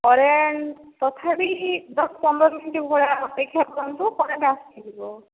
current ତଥାପି ଦଶ ପନ୍ଦର ମିନିଟ ଭଳିଆ ଅପେକ୍ଷା କରନ୍ତୁ କରେଣ୍ଟ ଆସିଯିବ